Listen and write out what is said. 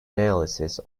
analysis